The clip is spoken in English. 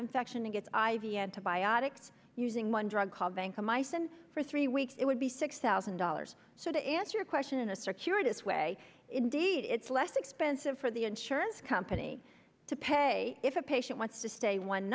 infection and gets i v antibiotics using one drug called banco meissen for three weeks it would be six thousand dollars so to answer your question in a circuitous way indeed it's less expensive for the insurance company to pay if a patient wants to stay one